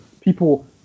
people